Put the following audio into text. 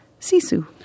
Sisu